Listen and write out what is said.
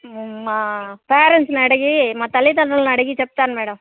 మా పేరెంట్స్నడిగి మా తల్లిదండ్రులని అడిగి చెప్తాను మేడం